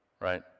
right